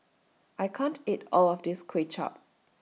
I can't eat All of This Kway Chap